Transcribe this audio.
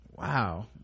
Wow